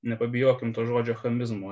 nepabijokim to žodžio chamizmo